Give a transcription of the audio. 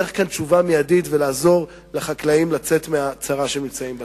צריך כאן תשובה מיידית ולעזור לחקלאים לצאת מהצרה שהם נמצאים בה.